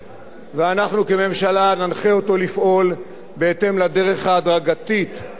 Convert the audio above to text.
ננחה אותו לפעול בהתאם לדרך ההדרגתית שאנחנו דוגלים בה.